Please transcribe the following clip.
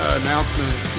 announcement